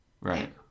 Right